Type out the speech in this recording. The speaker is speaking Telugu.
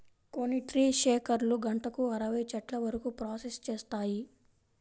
కొన్ని ట్రీ షేకర్లు గంటకు అరవై చెట్ల వరకు ప్రాసెస్ చేస్తాయి